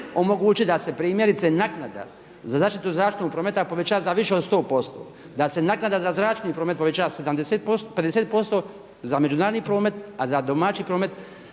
omogućiti da se primjerice naknada za zaštitu zračnog prometa poveća za više od 100%, da se naknada za zračni promet povećava 50%, za međunarodni promet, a za domaći promet